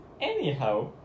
Anyhow